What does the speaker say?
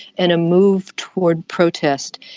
and a move towards protest.